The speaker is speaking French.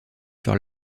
sur